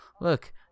look